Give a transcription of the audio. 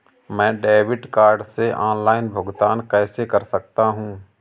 मैं debit card से online भुगतान कैसे कर सकता हूँ?